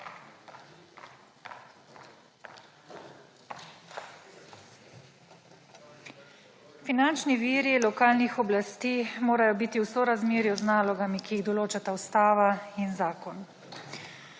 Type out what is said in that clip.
Finančni viri lokalnih oblasti morajo biti v sorazmerju z nalogami, ki jih določata Ustava in zakon.